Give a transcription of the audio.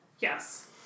Yes